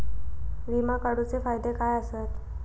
विमा काढूचे फायदे काय आसत?